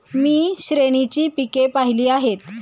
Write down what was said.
मी श्रेणीची पिके पाहिली आहेत